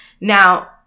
Now